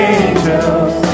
angels